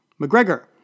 McGregor